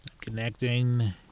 Connecting